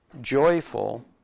joyful